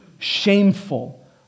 shameful